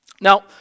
Now